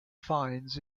finds